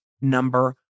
number